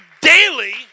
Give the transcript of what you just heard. daily